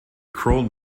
crawled